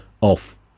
off